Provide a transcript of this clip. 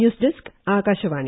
news desk Akashvani